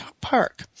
park